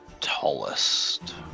tallest